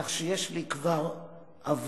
כך שיש לי כבר עבר,